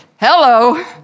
Hello